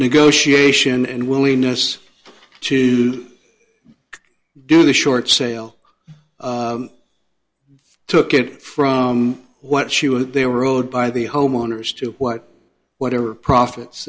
negotiation and willingness to do the short sale took it from what she was they were owed by the homeowners to what whatever profits